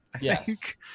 Yes